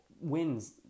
wins